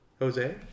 Jose